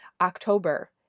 October